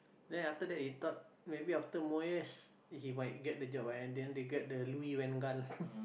then after that he thought maybe after Moyes he might get the job but in the end they get the Louis van Gaal